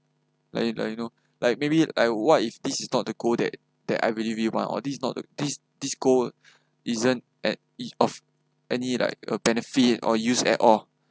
like you like you know like maybe I what if this is not the goal that that I this is not the this goal isn't at it of any like a benefit or use at all